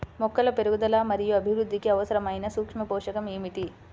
మొక్కల పెరుగుదల మరియు అభివృద్ధికి అవసరమైన సూక్ష్మ పోషకం ఏమిటి?